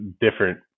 different